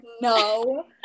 no